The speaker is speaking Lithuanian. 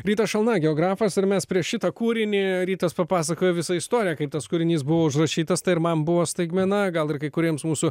rytas šalna geografas ir mes prieš šitą kūrinį rytas papasakojo visą istoriją kaip tas kūrinys buvo užrašytas tai ir man buvo staigmena gal ir kai kuriems mūsų